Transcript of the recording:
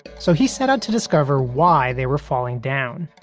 so he set out to discover why they were falling down.